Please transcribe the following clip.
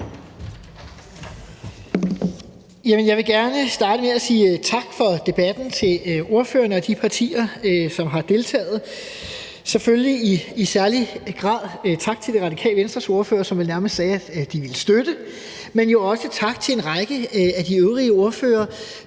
Jeg vil gerne starte med at sige tak for debatten til ordførerne og de partier, som har deltaget. Selvfølgelig i særlig grad tak til Det Radikale Venstres ordfører, som vel nærmest sagde, at de vil støtte forslaget, men jo også tak til en række af de øvrige ordførere.